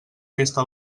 festa